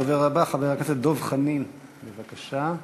הדובר הבא, חבר הכנסת דב חנין, בבקשה.